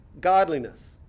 godliness